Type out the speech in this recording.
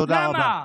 למה?